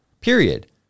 period